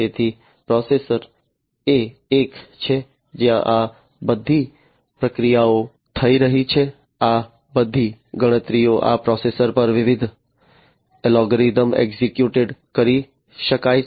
તેથી પ્રોસેસર એ એક છે જ્યાં આ બધી પ્રક્રિયા થઈ રહી છે આ બધી ગણતરીઓ આ પ્રોસેસર પર વિવિધ અલ્ગોરિધમ્સ એક્ઝિક્યુટ કરી શકાય છે